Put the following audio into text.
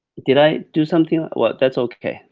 did i do something, that's okay,